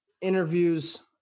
interviews